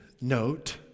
note